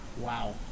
Wow